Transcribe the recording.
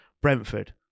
brentford